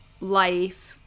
life